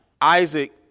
Isaac